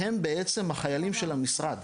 הם בעצם החיילים של המשרד.